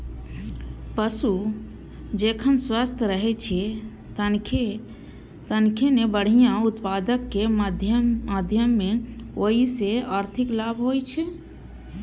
पशु जखन स्वस्थ रहै छै, तखने बढ़िया उत्पादनक माध्यमे ओइ सं आर्थिक लाभ होइ छै